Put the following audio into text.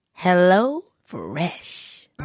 HelloFresh